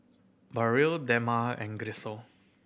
Burrell Dema and Grisel